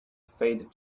faded